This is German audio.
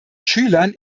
schülern